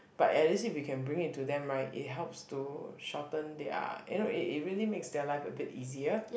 but at least if you can bring it to them right it helps to shorten their you know it it really makes their life a bit easier